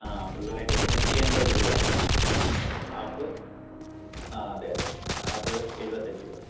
ആ ഫുള്ളായിട്ട് നൂറ്റിയൻപത് രൂപയാണ് ഹാഫ് ആ അതെ അതെ അതെ ഹാഫ് എഴുപത്തിയഞ്ച് രൂപ